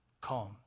calm